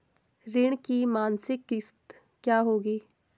ऋण की मासिक किश्त क्या होगी?